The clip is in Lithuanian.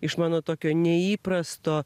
iš mano tokio neįprasto